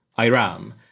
Iran